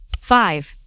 five